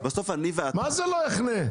מה זה לא יחנה?